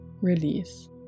release